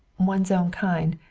one's own kind,